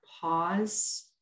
pause